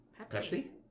Pepsi